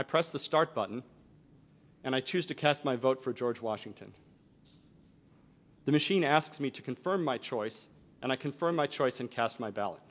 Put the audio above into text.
i press the start button and i choose to cast my vote for george washington the machine asks me to confirm my choice and i confirm my choice and cast my ballot